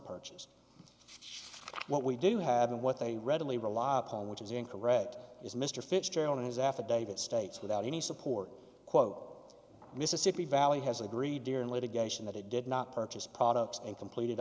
purchased what we do have and what they readily rely upon which is incorrect as mr fitzgerald in his affidavit states without any support quote mississippi valley has agreed here in litigation that it did not purchase products and completed